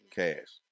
cash